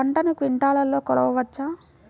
పంటను క్వింటాల్లలో కొలవచ్చా?